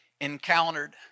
encountered